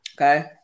okay